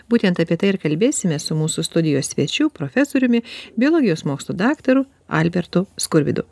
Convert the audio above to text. būtent apie tai ir kalbėsimės su mūsų studijos svečiu profesoriumi biologijos mokslų daktaru albertu skurvydu